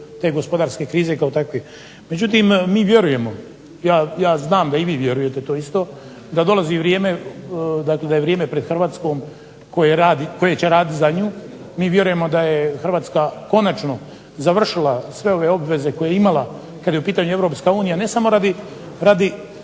te gospodarske krize kao takve. Međutim, mi vjerujemo ja znam da i vi vjerujete to isto da dolazi vrijeme, da je vrijeme pred HRvatskom koje će raditi za nju. Mi vjerujemo da je Hrvatska konačno završila sve ove obveze koje je imala kada je u pitanju EU ne samo radi